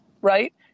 right